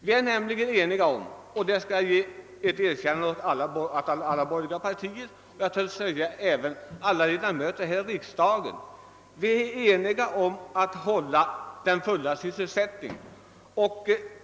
Vi är nämligen eniga om — det erkännandet vill jag ge även de borgerliga representanterna här i riksdagen — att upprätthålla den fulla sysselsättningen.